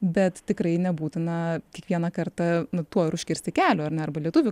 bet tikrai nebūtina kiekvieną kartą nu tuo ir užkirsti kelio ar ne arba lietuvių